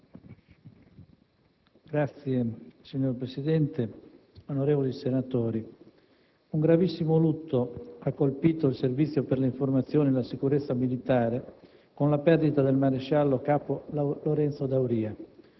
difesa*. Signor Presidente, onorevoli senatori, un gravissimo lutto ha colpito il Servizio per le informazioni e la sicurezza militare (SISMI) con la perdita del maresciallo capo Lorenzo D'Auria,